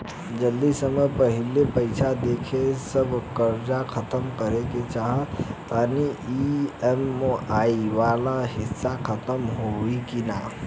जदी समय से पहिले पईसा देके सब कर्जा खतम करे के चाही त ई.एम.आई वाला हिसाब खतम होइकी ना?